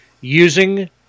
using